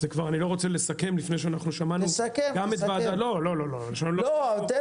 אני לא רוצה לסכם לפני שאנחנו שמענו גם את ועדת --- תסכם,